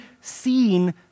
seen